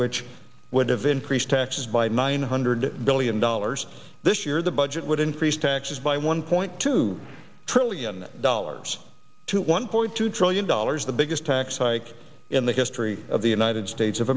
which would have increased taxes by nine hundred billion dollars this year the budget would increase taxes by one point two trillion dollars to one point two trillion dollars the biggest tax hike in the history of the united states of